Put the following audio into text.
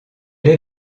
les